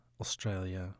Australia